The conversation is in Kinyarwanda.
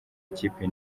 kipe